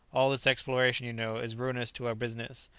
all this exploration, you know, is ruinous to our business,